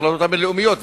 ההחלטות הבין-לאומיות,